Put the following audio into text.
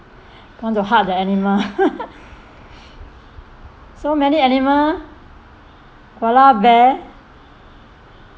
want to hug the animal so many animal koala bear